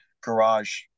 garage